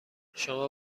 شما